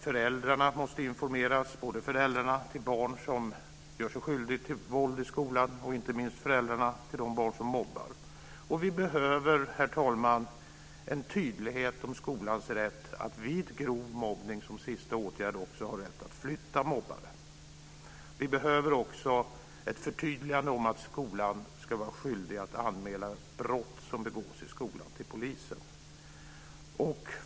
Föräldrarna måste informeras - både föräldrarna till barn som gör sig skyldiga till våld i skolan och, inte minst, föräldrarna till de barn som mobbar. Vi behöver, herr talman, en tydlighet om skolans rätt att vid grov mobbning som sista åtgärd också flytta mobbare. Vi behöver också ett förtydligande om att skolan ska vara skyldig att till polisen anmäla brott som begås i skolan.